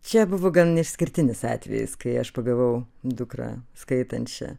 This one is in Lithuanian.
čia buvo gan išskirtinis atvejis kai aš pagavau dukrą skaitančią